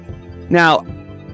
Now